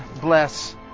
bless